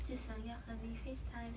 就想要和你 face time